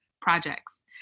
projects